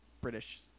British